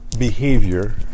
Behavior